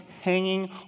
hanging